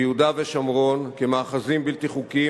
ביהודה ושומרון כמאחזים בלתי חוקיים